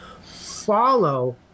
follow